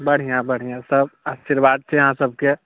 बढ़िआँ बढ़िआँ सभ आशीर्वाद छै अहाँ सभके